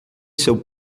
seu